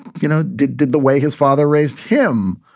you know, did did the way his father raised him.